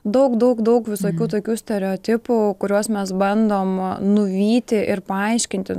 daug daug daug visokių tokių stereotipų kuriuos mes bandom nuvyti ir paaiškinti